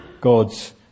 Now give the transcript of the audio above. God's